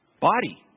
body